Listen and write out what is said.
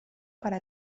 para